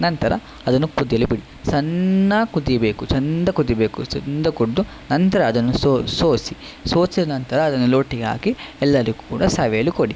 ನಂತರ ಅದನ್ನು ಕುದಿಯಲು ಬಿಡಿ ಸಣ್ಣ ಕುದಿಯಬೇಕು ಚಂದ ಕುದಿಯಬೇಕು ಚಂದ ಕುದ್ದು ನಂತರ ಅದನ್ನು ಸೋಸಿ ಸೋಸಿದ ನಂತರ ಅದನ್ನು ಲೋಟಗೆ ಹಾಕಿ ಎಲ್ಲಾರಿಗೂ ಕೂಡ ಸವಿಯಲು ಕೊಡಿ